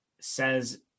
says